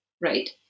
right